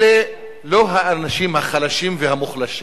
אלה לא האנשים החלשים והמוחלשים.